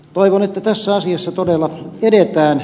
toivon että tässä asiassa todella edetään